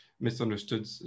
misunderstood